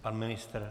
Pan ministr?